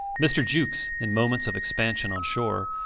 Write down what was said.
mr. jukes, in moments of expansion on shore,